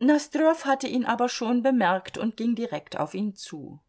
nosdrjow hatte ihn aber schon bemerkt und ging direkt auf ihn zu